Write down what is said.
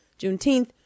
Juneteenth